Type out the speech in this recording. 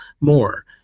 more